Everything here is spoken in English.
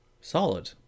Solid